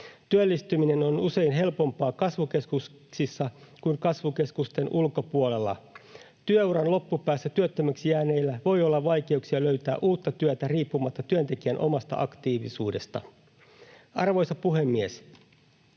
Työllistyminen on usein helpompaa kasvukeskuksissa kuin kasvukeskusten ulkopuolella. Työuran loppupäässä työttömäksi jääneillä voi olla vaikeuksia löytää uutta työtä riippumatta työntekijän omasta aktiivisuudesta. Arvoisa puhemies!